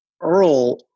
Earl